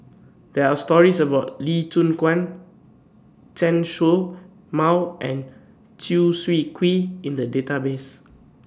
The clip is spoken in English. There Are stories about Lee Choon Guan Chen Show Mao and Chew Swee Kee in The databases